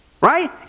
right